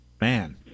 Man